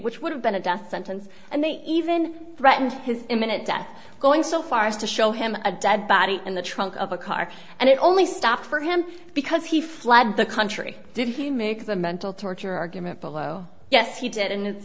which would have been a death sentence and they even threatened his imminent death going so far as to show him a dead body in the trunk of a car and it only stopped for him because he fled the country did he make the mental torture argument below yes he did and i